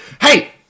Hey